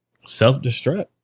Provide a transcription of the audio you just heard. self-destruct